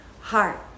heart